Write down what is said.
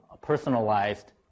personalized